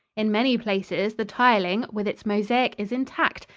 in many places the tiling with its mosaic is intact,